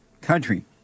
country